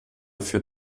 für